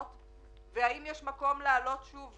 ולכן אי אפשר כל פעם לעשות עקב בצד